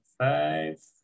Five